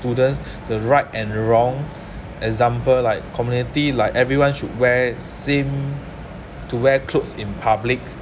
students the right and wrong example like community like everyone should wear same to wear clothes in public